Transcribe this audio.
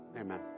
Amen